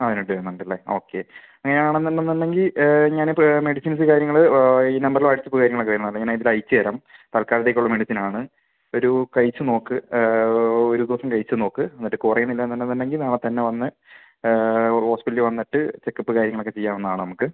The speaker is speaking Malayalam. ആ പതിനെട്ട് വരുന്നുണ്ടല്ലേ ഓക്കെ അങ്ങനെ ആണെന്ന് ഉണ്ടെന്ന് ഉണ്ടെങ്കിൽ ഞാൻ ഇപ്പോൾ മെഡിസിൻസ് കാര്യങ്ങൾ ഈ നമ്പറിൽ വാട്ട്സ്ആപ്പ് കാര്യങ്ങളൊക്കെ വരുന്ന മെയിനായിട്ട് ഇത് അയച്ചുതരാം തൽക്കാലത്തേക്ക് ഉള്ള മെഡിസിൻ ആണ് ഒരു കഴിച്ച് നോക്ക് ഒരു ദിവസം കഴിച്ച് നോക്ക് എന്നിട്ട് കുറയുന്നില്ല എന്ന് ഉണ്ടെന്ന് ഉണ്ടെങ്കിൽ നാളെ തന്നെ വന്ന് ഹോസ്പിറ്റൽ വന്നിട്ട് ചെക്കപ്പ് കാര്യങ്ങളൊക്കെ ചെയ്യാവുന്നത് ആണ് നമുക്ക്